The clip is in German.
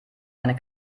eine